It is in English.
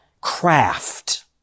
craft